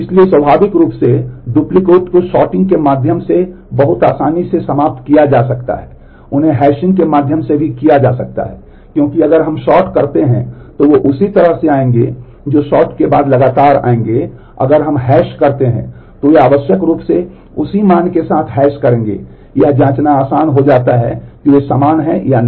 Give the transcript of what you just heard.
इसलिए स्वाभाविक रूप से डुप्लिकेट को सॉर्टिंग करेंगे यह जांचना आसान हो जाता है कि वे समान हैं या नहीं